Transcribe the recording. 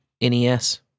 NES